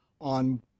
on